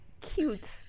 cute